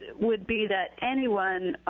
would be that anyone